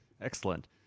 Excellent